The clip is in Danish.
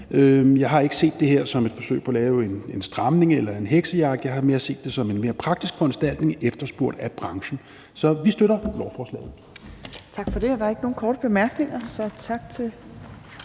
Jeg har ikke set det her som et forsøg på at lave en stramning eller en heksejagt, jeg har mere set det som en mere praktisk foranstaltning efterspurgt af branchen. Så vi støtter lovforslaget. Kl. 14:53 Tredje næstformand (Trine Torp): Tak for det. Der er ikke nogen korte bemærkninger, så tak til